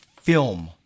film